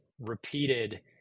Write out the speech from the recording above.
repeated